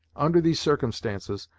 under these circumstances,